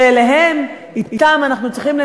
שאליהם אתם,